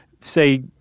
say